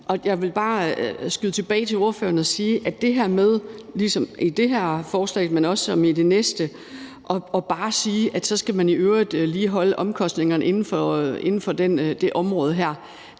jeg vil bare skyde tilbage til ordføreren og sige, at – ligesom i det her forslag, men også som i det næste – det her med bare at sige, at så skal man i øvrigt lige holde omkostningerne inden for det her